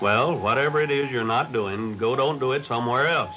well whatever it is you're not doing go don't do it somewhere else